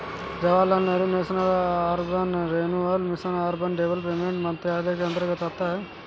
Jawaharlal Nehru national urban renewal mission urban development मंत्रालय के अंतर्गत आता है